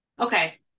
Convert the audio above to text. Okay